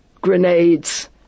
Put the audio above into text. grenades